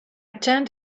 turned